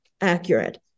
accurate